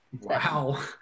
Wow